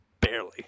Barely